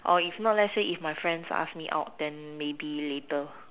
or if not let's say if my friends ask me out then maybe later